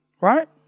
Right